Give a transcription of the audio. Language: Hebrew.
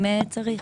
אם צריך.